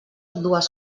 dues